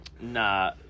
Nah